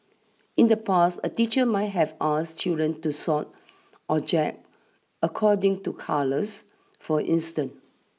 in the past a teacher might have asked children to sort object according to colours for instance